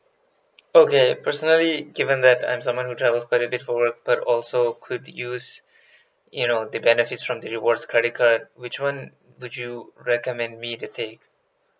okay personally given that and someone who travels quite a bit for work but also could use you know the benefits from the rewards credit card which one would you recommend me to take